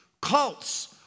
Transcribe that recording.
Cults